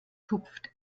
tupft